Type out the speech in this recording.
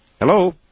Hello